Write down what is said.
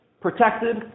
protected